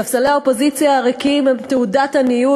ספסלי האופוזיציה הריקים הם תעודת עניות